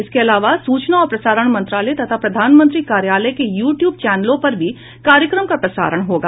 इसके अलावा सूचना और प्रसारण मंत्रालय तथा प्रधानमंत्री कार्यालय के यू ट्यूब चैनलों पर भी कार्यक्रम का प्रसारण होगा